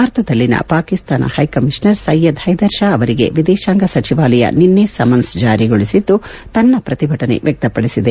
ಭಾರತದಲ್ಲಿನ ಪಾಕಿಸ್ತಾನ ಹೈಕಮೀಷನರ್ ಸ್ಟೆಯದ್ ಹೈದರ್ಷಾ ಅವರಿಗೆ ವಿದೇಶಾಂಗ ಸಚಿವಾಲಯ ನಿನ್ನೆ ಸಮನ್ಸ ಜಾರಿಗೊಳಿಸಿದ್ದು ತನ್ನ ಪ್ರತಿಭಟನೆ ವ್ಯಕ್ತಪಡಿಸಿದೆ